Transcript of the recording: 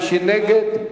מי שנגד,